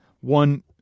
one